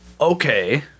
Okay